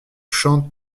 chante